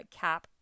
cap